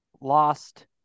lost